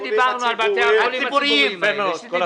התיירות לפיתוח תשתיות ציבוריות במינהלת